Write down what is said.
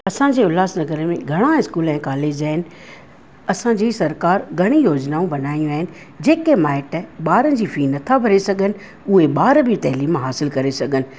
असांजे उल्हासनगर में घणा इस्कूल ऐं कॉलेज आहिनि असांजी सरकारि घणी योजनाऊं बनायूं आहिनि जेके माइट ॿारनि जी फ़ी न था भरे सघनि उहे ॿार बि तैलीम हासिलु करे सघनि